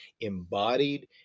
embodied